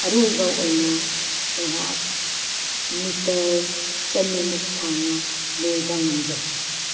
ꯑꯔꯣꯏꯕ ꯑꯣꯏꯅ ꯑꯩꯍꯥꯛ ꯃꯤꯇꯔ ꯆꯅꯤꯃꯨꯛ ꯁꯥꯡꯅ ꯂꯣꯏꯕ ꯉꯝꯖꯩ